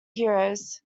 heroes